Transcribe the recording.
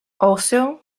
also